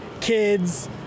kids